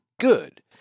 good